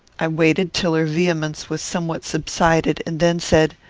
i waited till her vehemence was somewhat subsided, and then said,